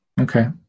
okay